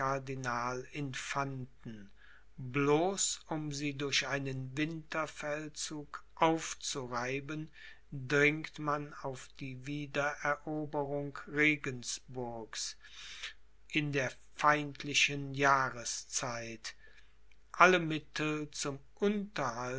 cardinal infanten bloß um sie durch einen winterfeldzug aufzureiben dringt man auf die wiedereroberung regensburgs in der feindlichen jahrszeit alle mittel zum unterhalt